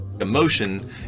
Emotion